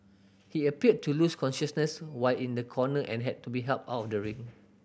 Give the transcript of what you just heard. he appeared to lose consciousness while in a corner and had to be helped out of the ring